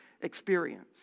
experience